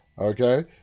Okay